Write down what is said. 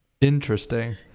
interesting